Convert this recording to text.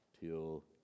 till